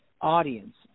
audience